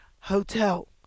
Hotel